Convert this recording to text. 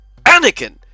anakin